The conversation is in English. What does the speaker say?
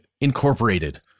Incorporated